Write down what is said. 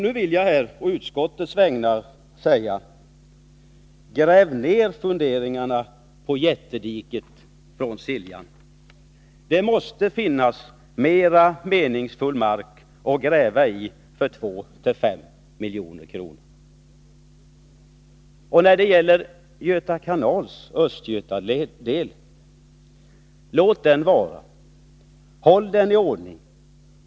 Nu vill jag här på utskottets vägnar säga: Gräv ner funderingarna på jättediket från Siljan! Det måste finnas mark som det är mer meningsfullt att gräva i för 2-5 miljarder kronor. När det gäller Göta kanals Östgötadel vill jag säga: Låt den vara! Håll den i ordning!